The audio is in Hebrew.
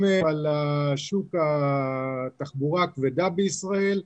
אם על שוק התחבורה הכבדה בישראל,